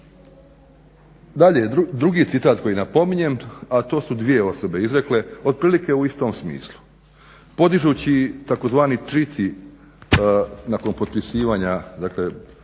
Dalje, drugi citat koji napominjem a to su dvije osobe izrekle od prilike u istom smislu podižući tzv. …/Govornik se ne razumije./… nakon potpisivanja dakle